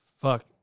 Fuck